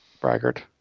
Braggart